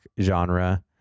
genre